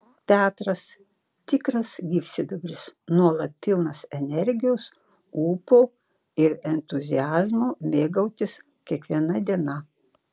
petras tikras gyvsidabris nuolat pilnas energijos ūpo ir entuziazmo mėgautis kiekviena diena